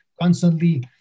constantly